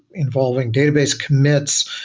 involving database commits,